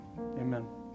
amen